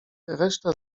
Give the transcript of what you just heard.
resztę